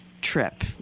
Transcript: trip